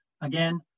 again